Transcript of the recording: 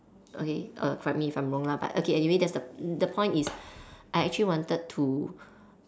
okay err correct me if I'm wrong lah but okay anyway that's the the point is I actually wanted to